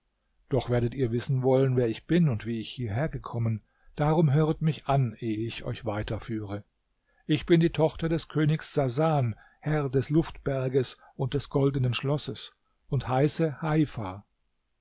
doch werdet ihr wissen wollen wer ich bin und wie ich hierhergekommen darum höret mich an ehe ich euch weiter führe ich bin die tochter des königs sasan herr des luftberges und des goldenen schlosses und heiße heifa